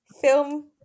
film